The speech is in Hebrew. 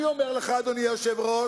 אני אומר לך, אדוני היושב-ראש,